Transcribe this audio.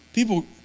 people